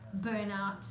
burnout